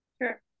Sure